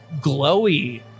glowy